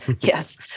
Yes